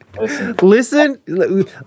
listen